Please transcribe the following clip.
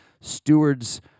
stewards